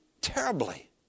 terribly